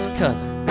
cousin